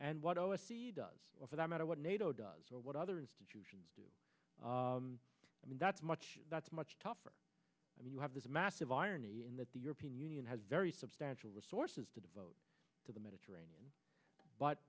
and what does for that matter what nato does or what other institutions do i mean that's much much tougher i mean you have this massive irony in that the european union has very substantial resources to devote to the mediterranean but